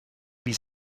wie